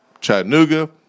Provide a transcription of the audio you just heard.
Chattanooga